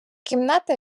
кімната